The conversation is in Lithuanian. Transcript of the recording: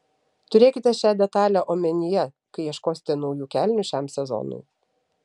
turėkite šią detalę omenyje kai ieškosite naujų kelnių šiam sezonui